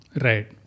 Right